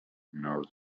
nor